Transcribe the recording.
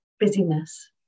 busyness